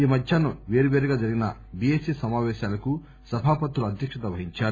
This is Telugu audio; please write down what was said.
ఈ మధ్యాహ్నం వేర్వేరుగా జరిగిన బిఎసి సమాపేశాలకు సభాపతులు అధ్యక్షత వహించారు